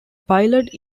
pilot